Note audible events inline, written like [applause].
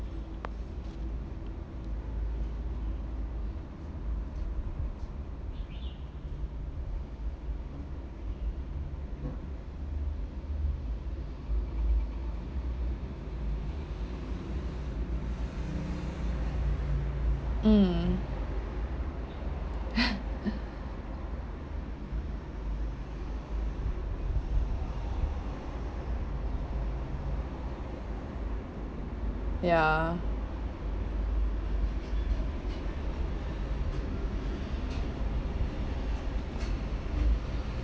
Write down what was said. mm [laughs] ya